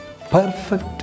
perfect